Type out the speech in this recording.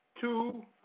two